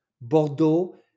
Bordeaux